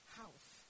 house